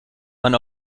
man